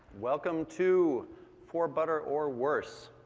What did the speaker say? welcome to for butter or worse,